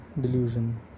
delusion